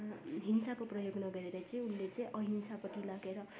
हिंसाको प्रयोग नगरेर चाहिँ उसले चाहिँ अहिंसापट्टि लागेर